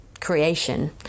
creation